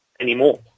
anymore